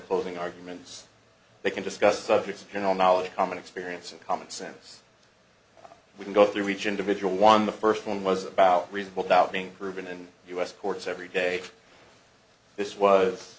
closing arguments they can discuss subjects of general knowledge common experience and common sense we can go through each individual one the first one was about reasonable doubt being proven in us courts every day this was